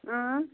اۭں